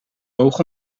oog